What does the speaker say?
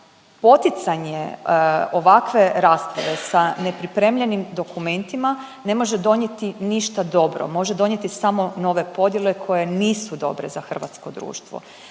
Poticanje ovakve rasprave sa nepripremljenim dokumentima ne može donijeti ništa dobro, može donijeti samo nove podjele koje nisu dobre za hrvatsko društvo.